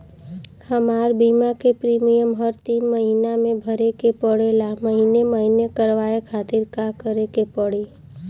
हमार बीमा के प्रीमियम हर तीन महिना में भरे के पड़ेला महीने महीने करवाए खातिर का करे के पड़ी?